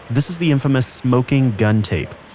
this is the infamous smoking gun tape,